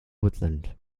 woodland